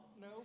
no